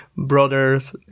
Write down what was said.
Brothers